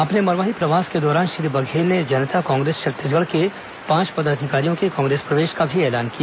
अपने मरवाही प्रवास के दौरान श्री बघेल ने जनता कांग्रेस छत्तीसगढ़ के पांच पदाधिकारियों के कांग्रेस प्रवेश का भी ऐलान किया